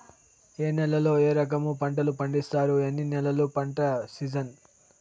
ఏ నేలల్లో ఏ రకము పంటలు పండిస్తారు, ఎన్ని నెలలు పంట సిజన్?